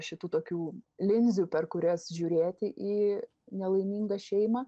šitų tokių linzių per kurias žiūrėti į nelaimingą šeimą